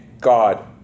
God